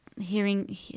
hearing